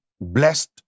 blessed